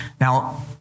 Now